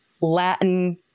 Latin